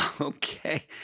okay